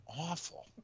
awful